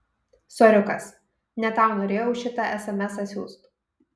soriukas ne tau norėjau šitą esemesą siųst